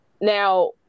Now